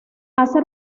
hace